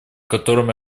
котором